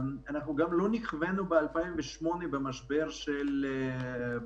אנחנו גם לא נכווינו ב-2008 מהמשבר הכלכלי,